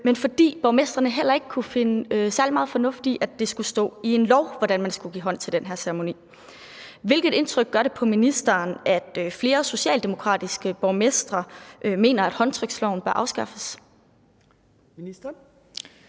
men fordi borgmestrene heller ikke kunne finde særlig meget fornuftig i, at det skulle stå i en lov, hvordan man skulle give hånd til den her ceremoni. Hvilket indtryk gør det på ministeren, at flere socialdemokratiske borgmestre mener, at håndtryksloven bør afskaffes? Kl.